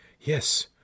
Yes